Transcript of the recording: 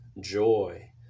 joy